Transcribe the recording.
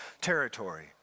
territory